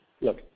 Look